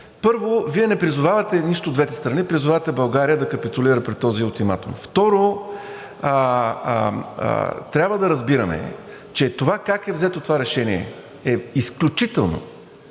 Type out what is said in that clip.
първо, Вие не призовавате нищо двете страни, призовавате България да капитулира пред този ултиматум. Второ, трябва да разбираме, че това как е взето това решение е изключително,